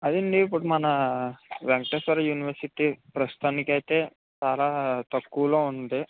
అదేండి ఇప్పుడు మన వెంకటేశ్వర యూనివర్సిటీ ప్రస్తుతానికి అయితే చాలా తక్కువలో ఉంది